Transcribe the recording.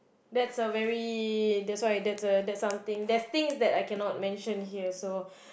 that's a very that's why that's why that's something there's things that I cannot mention here so